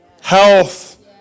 Health